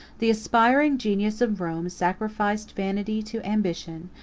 the aspiring genius of rome sacrificed vanity to ambition,